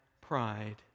pride